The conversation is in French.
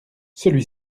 celui